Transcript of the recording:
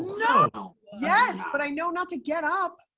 no! no! yes, but i know not to get up.